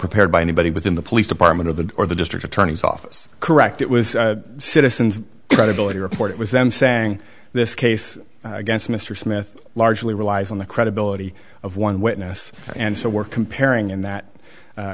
prepared by anybody within the police department of the or the district attorney's office correct it was citizens credibility report it was them saying this case against mr smith largely relies on the credibility of one witness and so we're comparing in that